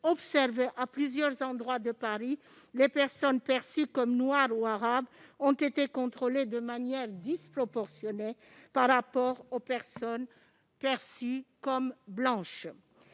observés à plusieurs endroits de Paris, les personnes perçues comme « noires » ou « arabes » ont été contrôlées de manière disproportionnée par rapport aux personnes perçues comme « blanches